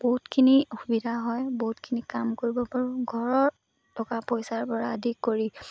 বহুতখিনি সুবিধা হয় বহুতখিনি কাম কৰিব পাৰোঁ ঘৰৰ টকা পইচাৰপৰা আদি কৰি